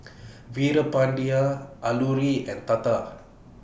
Veerapandiya Alluri and Tata